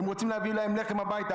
הם רוצים להביא להם לחם הביתה.